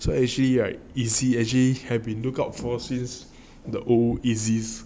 so actually right easy have been lookout for the old easy